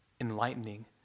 enlightening